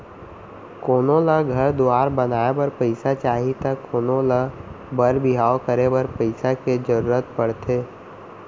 कोनो ल घर दुवार बनाए बर पइसा चाही त कोनों ल बर बिहाव करे बर पइसा के जरूरत परथे